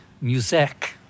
music